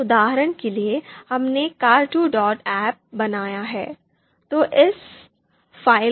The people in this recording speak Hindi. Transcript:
इस उदाहरण के लिए हमने car2ahp बनाया है